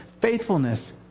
faithfulness